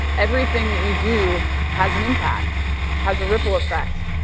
everything that you do has an impact has a ripple effect,